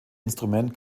instrument